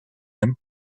him